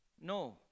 No